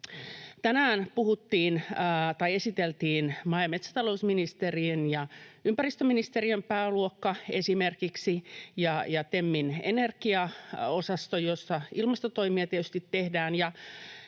Tänään esiteltiin esimerkiksi maa- ja metsätalousministeriön ja ympäristöministeriön pääluokka ja TEMin energiaosasto, jossa ilmastotoimia tietysti